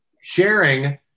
sharing